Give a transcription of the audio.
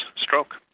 stroke